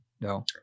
No